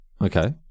Okay